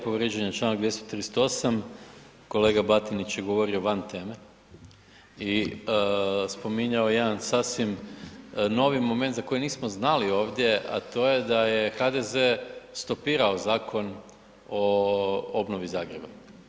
Povrijeđen je čl. 238., kolega Batinić je govorio van teme i spominjao je jedan sasvim novi moment za koji nismo znali ovdje, a to je da je HDZ stopirao Zakon o obnovi Zagreba.